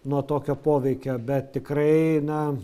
nuo tokio poveikio bet tikrai na